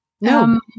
No